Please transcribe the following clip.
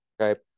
okay